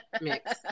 mix